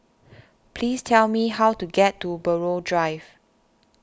please tell me how to get to Buroh Drive